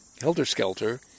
helter-skelter